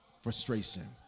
frustration